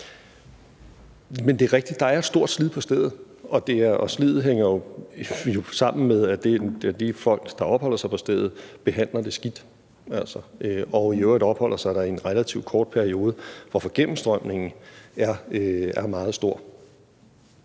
Det er rigtigt, at der er et stort slid på stedet, og sliddet hænger jo sammen med, at de folk, der opholder sig på stedet, behandler det skidt og i øvrigt opholder sig der i en relativt kort periode, hvorfor gennemstrømningen er meget stor.